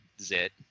zit